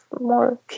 more